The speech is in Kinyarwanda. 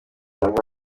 amera